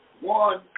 one